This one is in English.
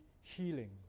healing